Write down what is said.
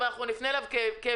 אבל אנחנו נפנה אליו כוועדה.